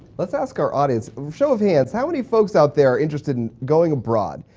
let's ask our audience show of hands, how many folks out there are interested in going abroad?